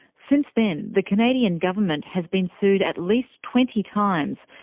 since then the canadian government has been sued at least twenty times,